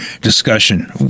discussion